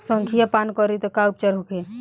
संखिया पान करी त का उपचार होखे?